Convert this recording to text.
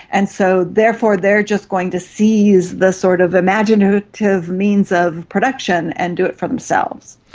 and so therefore they are just going to seize the sort of imaginative means of production and do it for themselves.